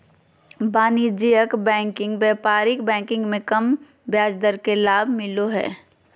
वाणिज्यिक बैंकिंग व्यापारिक बैंक मे कम ब्याज दर के लाभ मिलो हय